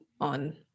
on